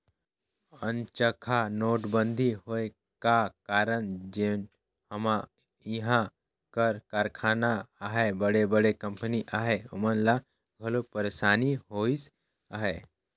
अनचकहा नोटबंदी होए का कारन जेन हमा इहां कर कारखाना अहें बड़े बड़े कंपनी अहें ओमन ल घलो पइरसानी होइस अहे